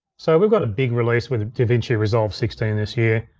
so we've got a big release with davinci resolve sixteen this year.